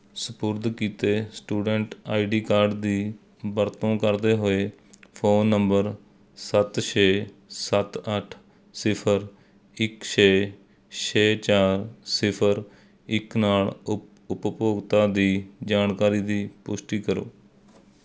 ਸਪੁਰਦ ਕੀਤੇ student I D card ਦੀ ਵਰਤੋਂ ਕਰਦੇ ਹੋਏ ਫ਼ੋਨ ਨੰਬਰ ਸੱਤ ਛੇ ਸੱਤ ਅੱਠ ਸਿਫਰ ਇੱਕ ਛੇ ਛੇ ਚਾਰ ਸਿਫਰ ਇੱਕ ਨਾਲ ਉਪ ਉਪਭੋਗਤਾ ਦੀ ਜਾਣਕਾਰੀ ਦੀ ਪੁਸ਼ਟੀ ਕਰੋ